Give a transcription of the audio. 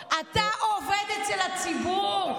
אצלו, אתה עובד אצל הציבור.